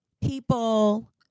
people